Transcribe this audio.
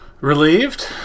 relieved